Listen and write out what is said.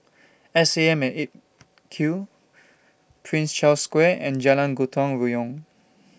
S A M At eight Q Prince Charles Square and Jalan Gotong Royong